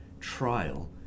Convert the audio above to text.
trial